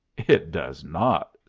it does not!